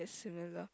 similar